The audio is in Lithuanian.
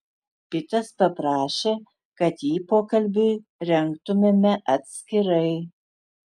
pitas paprašė kad jį pokalbiui rengtumėme atskirai